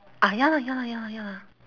ah ya lah ya lah ya lah ya lah